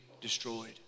destroyed